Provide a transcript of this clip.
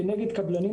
כנגד קבלנים,